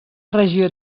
regió